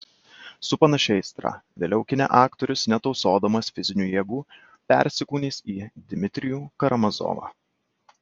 su panašia aistra vėliau kine aktorius netausodamas fizinių jėgų persikūnys į dmitrijų karamazovą